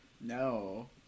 No